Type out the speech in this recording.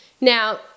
Now